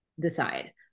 decide